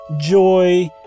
joy